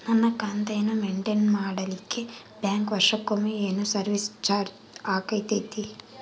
ನನ್ನ ಖಾತೆಯನ್ನು ಮೆಂಟೇನ್ ಮಾಡಿಲಿಕ್ಕೆ ಬ್ಯಾಂಕ್ ವರ್ಷಕೊಮ್ಮೆ ಏನು ಸರ್ವೇಸ್ ಚಾರ್ಜು ಹಾಕತೈತಿ?